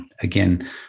again